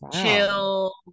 chill